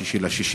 ב-6 ביוני.